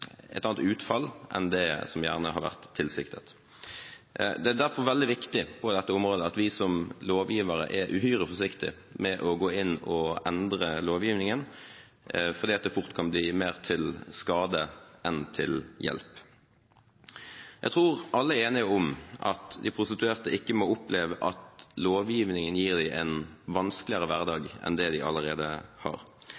et annet utfall enn det som gjerne har vært tilsiktet. Det er derfor veldig viktig på dette området at vi som lovgivere er uhyre forsiktige med å gå inn og endre lovgivningen, fordi det fort kan bli mer til skade enn til hjelp. Jeg tror alle er enige om at de prostituerte ikke må oppleve at lovgivningen gir dem en vanskeligere hverdag